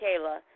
Kayla